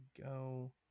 go